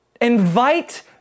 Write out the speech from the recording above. Invite